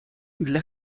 для